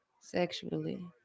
sexually